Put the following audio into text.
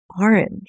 orange